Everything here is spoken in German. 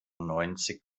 neunzig